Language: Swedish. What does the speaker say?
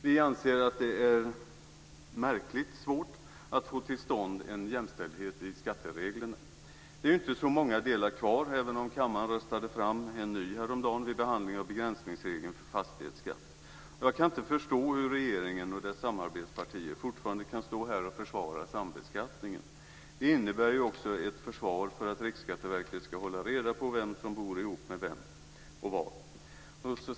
Vi anser att det är märkligt svårt att få till stånd en jämställdhet i fråga om skattereglerna. Det är inte så många regler kvar, även om kammaren röstade fram en ny häromdagen vid behandlingen av begränsningsregeln för fastighetsskatt. Jag kan inte förstå hur regeringen och dess samarbetspartier fortfarande kan stå här och försvara sambeskattningen. Det innebär också ett försvar för att Riksskatteverket ska hålla reda på vem som bor ihop med vem och var.